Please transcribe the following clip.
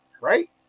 right